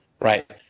right